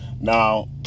Now